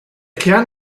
kern